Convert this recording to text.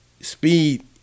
speed